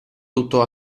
tutto